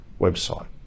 website